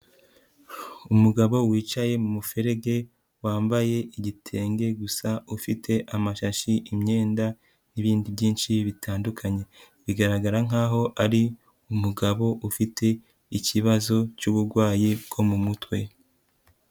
Umugabo wicaye mu muferege wambaye igitenge gusa, ufite amashashi, imyenda n'ibindi byinshi bitandukanye, bigaragara nkaho ari umugabo ufite ikibazo cy'uburwayi bwo mu mutwe.